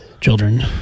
children